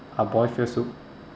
amoy fish soup eh